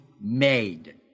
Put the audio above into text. made